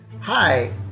Hi